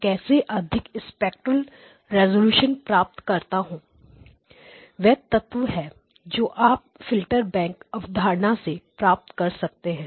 मैं कैसे अधिक स्पेक्ट्रल रेजोल्यूशन प्राप्त करता हूं वे तत्व हैं जो आप फ़िल्टर बैंक अवधारणा से प्राप्त कर सकते हैं